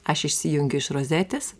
aš išsijungiu iš rozetės